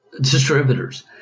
distributors